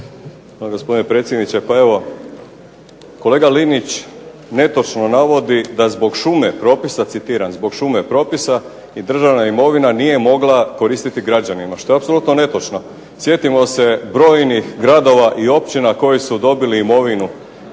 kolega Linić netočno navodi da "zbog šume propisa i državna imovina nije mogla koristiti građanima", što je apsolutno netočno. Sjetimo se brojnih gradova i općina koji su dobili imovinu